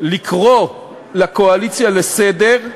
לקרוא את הקואליציה לסדר,